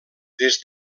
des